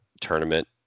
tournament